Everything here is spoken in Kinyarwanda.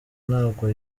ntabwo